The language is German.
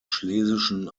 schlesischen